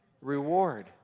Reward